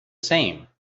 same